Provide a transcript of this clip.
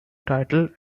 title